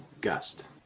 gust